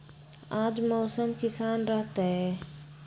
आज मौसम किसान रहतै?